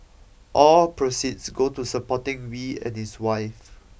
all proceeds go to supporting Wee and his wife